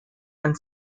and